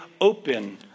open